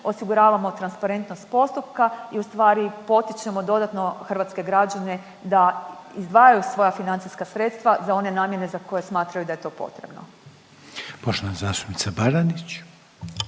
Osiguravamo transparentnost postupka i u stvari potičemo dodatno hrvatske građane da izdvajaju svoja financijska sredstva za one namjene za koje smatraju da je to potrebno. **Reiner,